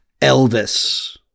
Elvis